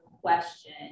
question